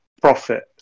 profit